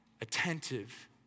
attentive